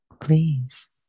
please